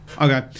Okay